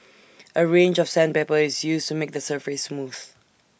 A range of sandpaper is used to make the surface smooth